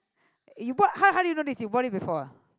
you bought how how do you know this you bought it before ah